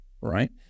right